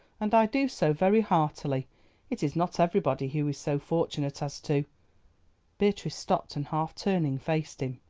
and i do so very heartily it is not everybody who is so fortunate as to beatrice stopped, and half turning faced him.